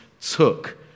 took